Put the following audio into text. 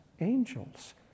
angels